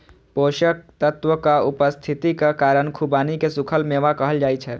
पोषक तत्वक उपस्थितिक कारण खुबानी कें सूखल मेवा कहल जाइ छै